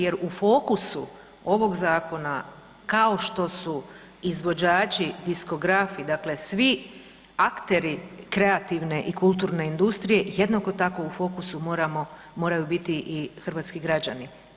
Jer u fokusu ovog zakona kao što su izvođači, diskografi, dakle svi akteri kreativne i kulturne industrije jednako tako u fokusu moraju biti i hrvatski građani.